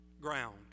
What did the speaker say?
ground